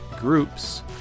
groups